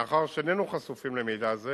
מאחר שאיננו חשופים למידע זה,